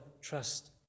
trust